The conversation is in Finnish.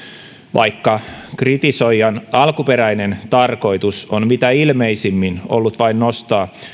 vaikka kritisoijan alkuperäinen tarkoitus on mitä ilmeisimmin ollut vain nostaa